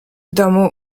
domu